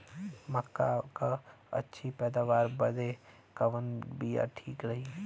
मक्का क अच्छी पैदावार बदे कवन बिया ठीक रही?